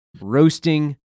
roasting